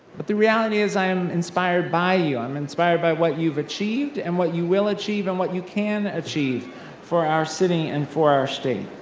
but the reality is, i am inspired by you, i'm inspired by what you've achieved, and what you will achieve, and what you can achieve for our city and for our state.